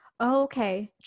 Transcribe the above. okay